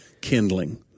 kindling